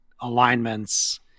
alignments